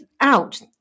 out